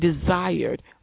desired